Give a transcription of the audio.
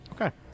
Okay